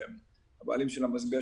שהם הבעלים של 'המשביע',